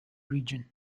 region